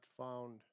found